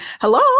Hello